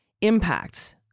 impacts